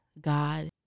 God